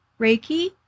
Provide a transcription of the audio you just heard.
Reiki